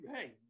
hey